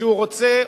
כשהוא רוצה,